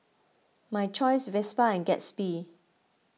My Choice Vespa and Gatsby